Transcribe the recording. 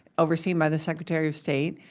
over seen by the secretary of state.